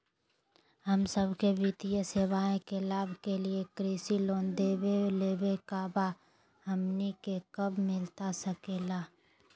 हम सबके वित्तीय सेवाएं के लाभ के लिए कृषि लोन देवे लेवे का बा, हमनी के कब मिलता सके ला?